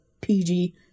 PG